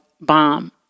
bomb